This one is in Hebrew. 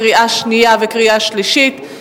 קריאה שנייה וקריאה שלישית,